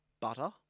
butter